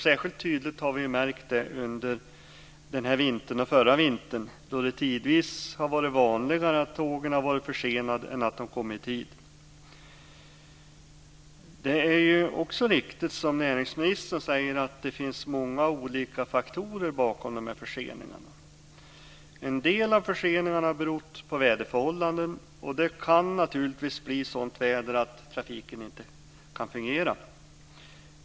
Särskilt tydligt har vi märkt det under denna vinter och under förra vintern, då det tidvis har varit vanligare att tågen har varit försenade än att de har kommit i tid. Det är också riktigt, som näringsministern säger, att det finns många olika faktorer bakom förseningarna. En del av förseningarna har berott på väderförhållanden. Det kan naturligtvis bli sådant väder att trafiken inte kan fungera.